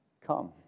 come